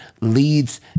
leads